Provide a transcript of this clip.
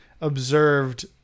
observed